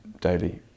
daily